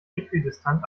äquidistant